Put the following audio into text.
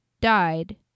died